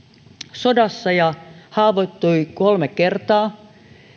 sodassa ja haavoittui kolme kertaa